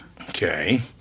Okay